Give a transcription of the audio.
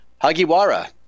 hagiwara